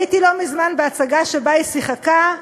הייתי לא מזמן בהצגה שהיא שיחקה בה,